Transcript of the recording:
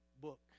book